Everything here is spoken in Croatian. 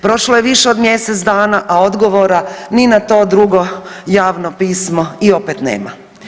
Prošlo je više od mjesec dana, a odgovora ni na to drugo javno pismo i opet nema.